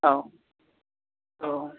औ औ